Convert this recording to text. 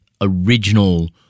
original